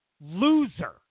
Loser